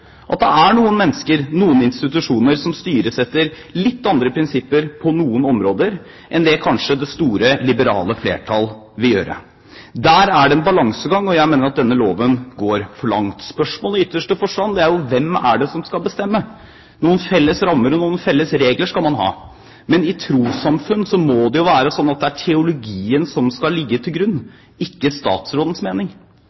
at det er noen mennesker og noen institusjoner som styres etter litt andre prinsipper på noen områder enn det kanskje det store, liberale flertall vil gjøre. Der er det en balansegang, og jeg mener at denne loven går for langt. Spørsmålet er i ytterste forstand: Hvem er det som skal bestemme? Noen felles rammer og noen felles regler skal man ha. Men i trossamfunn må det være slik at det er teologien som skal ligge til